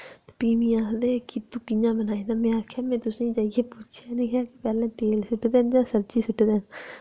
ते फ्ही मी आखदे कि तू कि'यां बनाई ते में आखेआ में तुसें ई जाइयै पुच्छेआ निं हा कि पैह्लें तेल सु'टदे न जां सब्जी सु'टदे न